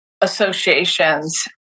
associations